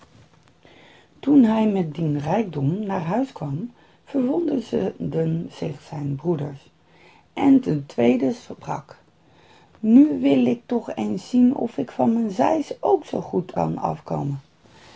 toen hij met dien rijkdom naar huis kwam verwonderden zich zijn broeders en de tweede sprak nu wil ik toch eens zien of ik van mijn zeis ook zoo goed kan afkomen